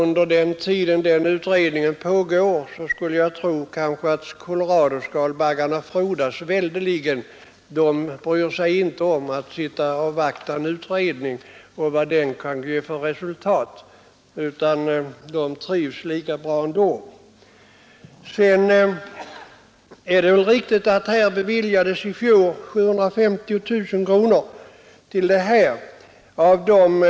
Under den tid som den utredningen arbetar skulle jag tro att koloradoskalbaggarna frodas väldeliga. De bryr sig inte om att avvakta vad en utredning kan ge för resultat, utan de trivs lika bra ändå. Det är riktigt att det i fjol beviljades 750 000 kronor till bekämpning av koloradoskalbaggen.